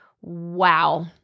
wow